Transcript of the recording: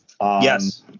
Yes